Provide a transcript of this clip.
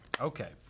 Okay